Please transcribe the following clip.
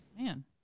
Man